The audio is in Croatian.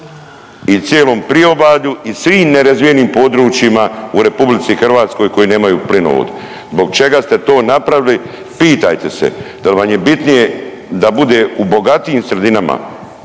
i cijelom priobalju i svim nerazvijenim područjima u RH koji nemaju plinovod. Zbog čega ste to napravili pitajte se, dal vam je bitnije da bude u bogatijim sredinama